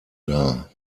dar